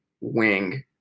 wing